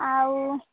ଆଉ